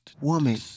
woman